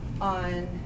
on